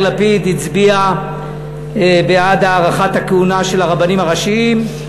לפיד הצביע בעד הארכת הכהונה של הרבנים הראשיים.